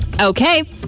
Okay